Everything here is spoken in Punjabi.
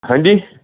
ਹੈਂਜੀ